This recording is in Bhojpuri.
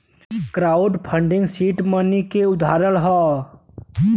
क्राउड फंडिंग सीड मनी क उदाहरण हौ